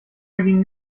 erging